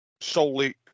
solely